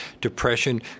depression